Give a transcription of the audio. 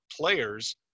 players